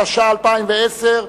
התש"ע 2010,